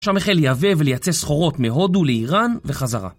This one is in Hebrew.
שם החל לייבא ולייצא סחורות מהודו לאיראן וחזרה